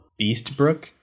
Beastbrook